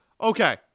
Okay